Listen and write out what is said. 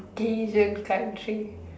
Asian country